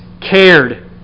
cared